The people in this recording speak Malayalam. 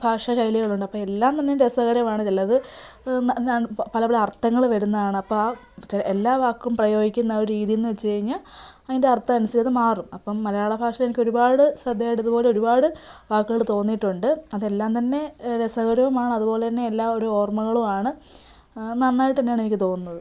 ഭാഷാശൈലികളുണ്ട് അപ്പം എല്ലാം തന്നെ രസകരമാണ് ചിലത് എന്താണ് പല പല അർത്ഥങ്ങൾ വരുന്നതാണപ്പം ആ എല്ലാ വാക്കും പ്രയോഗിക്കുന്ന ഒരു രീതിയെന്ന് വച്ച് കഴിഞ്ഞാൽ അതിൻ്റെ അർത്ഥം അനുസരിച്ച് മാറും അപ്പം മലയാള ഭാഷയിൽ എനിക്കൊരുപാട് ശ്രദ്ധേയമായിട്ട് ഇതുപോലെ ഒരുപാട് വാക്കുകൾ തോന്നിയിട്ടുണ്ട് അതെല്ലാം തന്നെ രസകരവുമാണ് അതുപോലെ തന്നെ എല്ലാം ഒരു ഓർമ്മകളുമാണ് നന്നായിട്ട് തന്നെയാണ് എനിക്ക് തോന്നുന്നത്